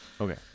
Okay